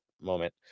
moment